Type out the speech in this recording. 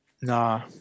Nah